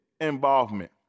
involvement